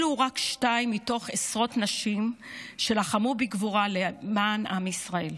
אלו רק חלק מתוך עשרות נשים שלחמו בגבורה למען עם ישראל.